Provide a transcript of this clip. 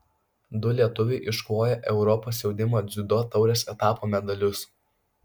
du lietuviai iškovojo europos jaunimo dziudo taurės etapo medalius